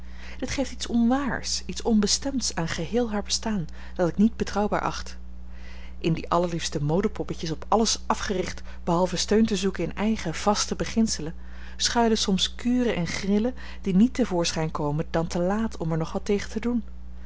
dit geeft iets onwaars iets onbestemds aan geheel haar bestaan dat ik niet betrouwbaar acht in die allerliefste modepoppetjes op alles afgericht behalve steun te zoeken in eigen vaste beginselen schuilen soms kuren en grillen die niet te voorschijn komen dan te laat om er nog wat tegen te doen